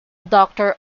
doctor